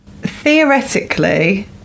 theoretically